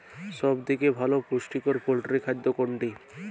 সব থেকে ভালো পুষ্টিকর পোল্ট্রী খাদ্য কোনটি?